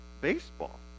baseball